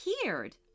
appeared